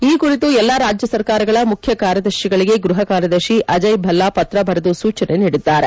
ಈ ಕುರಿತು ಎಲ್ಲ ರಾಜ್ಯ ಸರಕಾರಗಳ ಮುಖ್ಯ ಕಾರ್ಯದರ್ಶಿಗಳಿಗೆ ಗೃಹ ಕಾರ್ಯದರ್ಶಿ ಅಜಯ್ ಭಲ್ಲಾ ಪತ್ರ ಬರೆದು ಸೂಚನೆ ನೀಡಿದ್ದಾರೆ